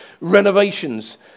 renovations